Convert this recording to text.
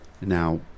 Now